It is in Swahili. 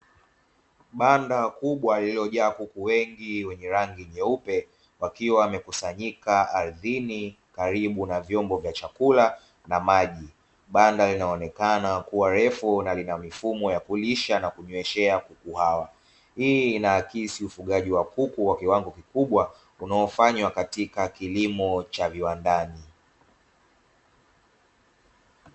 Banda kubwa lililojaa kuku wengi wenye rangi nyeupe, wakiwa wamekusanyika ardhini karibu na vyombo vya chakula na maji. Banda linaonekana kuwa refu na lina mifumo ya kulisha na kunyweshea kuku hawa. Hii inaakisi ufugaji wa kuku kwa kiwango kikubwa unaofanywa katika kilimo cha viwandani.